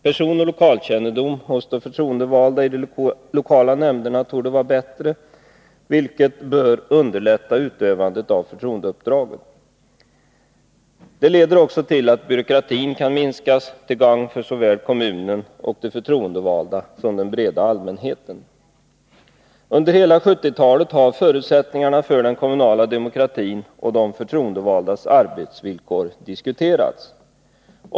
Personoch lokalkännedom hos de förtroendevalda i de lokala nämnderna torde vara bättre, vilket bör underlätta utövandet av förtroendeuppdraget. Det leder också till att byråkratin kan minskas, till gagn för såväl kommunen och de förtroendevalda som den breda allmänheten. Under hela 1970-talet har förutsättningarna för den kommunala demokratin och de förtroendevaldas arbetsvillkor diskuterats.